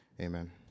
amen